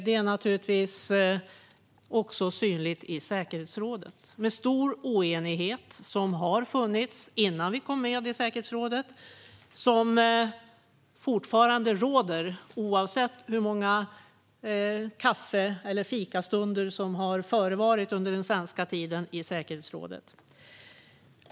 Det är naturligtvis också synligt i säkerhetsrådet. Det rådde stor oenighet i säkerhetsrådet innan Sverige kom med där, och det råder fortfarande oenighet oavsett hur många kaffe eller fikastunder som har förevarit under den svenska tiden i säkerhetsrådet.